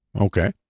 Okay